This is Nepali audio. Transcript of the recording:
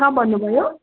कहाँ भन्नुभयो